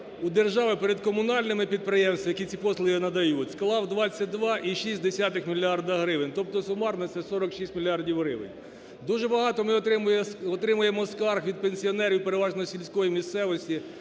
у держави перед комунальними підприємствами, які ці послуги надають склав 22,6 мільярда гривень, тобто сумарно це 46 мільярдів гривень. Дуже багато ми отримуємо скарг від пенсіонерів переважно із сільської місцевості,